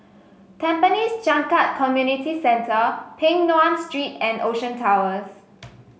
Tampines Changkat Community Centre Peng Nguan Street and Ocean Towers